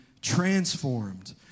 transformed